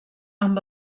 amb